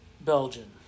Belgian